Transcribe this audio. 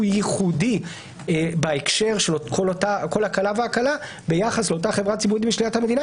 ייחודי בהקשר של כל הקלה והקלה ביחס לאותה חברה ציבורית בשליטת המדינה